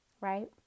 Right